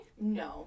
No